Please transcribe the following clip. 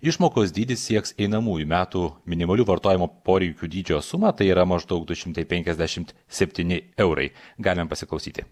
išmokos dydis sieks einamųjų metų minimalių vartojimo poreikių dydžio sumą tai yra maždaug du šimtai penkiasdešimt septyni eurai galime pasiklausyti